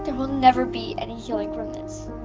and will never be any healing from this.